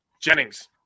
Jennings